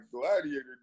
gladiator